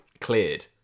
cleared